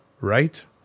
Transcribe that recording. Right